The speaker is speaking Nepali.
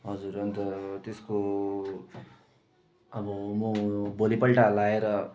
हजुर अन्त त्यसको अब म भोलि पल्ट लगाएर